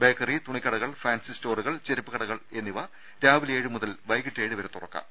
bakery തുണിക്കടകൾ fancy സ്റ്റോറുകൾ ചെരുപ്പ് കടകൾ എന്നിവ രാവിലെ ഏഴു മുതൽ വൈകീട്ട് ഏഴുവരെ തുറക്കാം